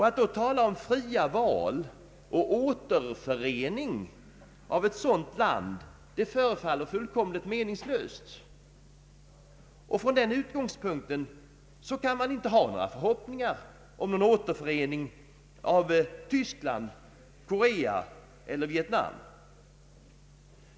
Att då tala om fria val och om återförening av ett sådant land, förefaller fullständigt meningslöst. Från den utgångspunkten kan man inte ha några förhoppningar om en återförening av Tyskland, Korea eller Vietnam.